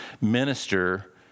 minister